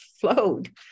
flowed